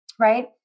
right